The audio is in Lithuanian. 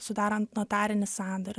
sudarant notarinį sandorį